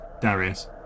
Darius